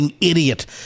idiot